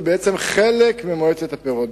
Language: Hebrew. ובעצם חלק ממועצת הפירות.